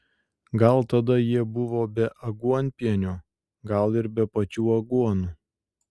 gal tada jie buvo be aguonpienio gal ir be pačių aguonų